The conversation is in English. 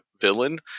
villain